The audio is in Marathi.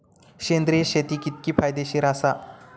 सेंद्रिय शेती कितकी फायदेशीर आसा?